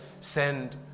send